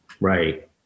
right